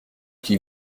qui